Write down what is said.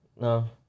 No